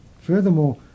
Furthermore